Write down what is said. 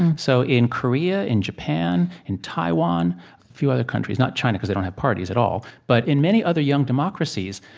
and so in korea, in japan, in taiwan, a few other countries not china because they don't have parties at all but in many other young democracies,